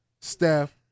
Steph